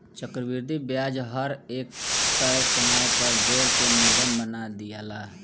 चक्रविधि ब्याज हर एक तय समय पर जोड़ के मूलधन बना दियाला